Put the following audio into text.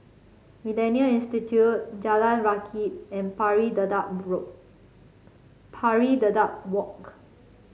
MillenniA Institute Jalan Rakit and Pari Dedap Pari Dedap Walk